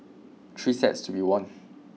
three sets to be won